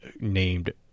named